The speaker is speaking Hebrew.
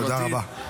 תודה רבה.